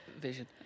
vision